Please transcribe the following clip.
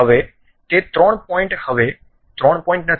હવે તે ત્રણ પોઇન્ટ હવે ત્રણ પોઇન્ટ નથી